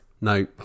No